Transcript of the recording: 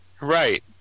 Right